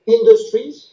Industries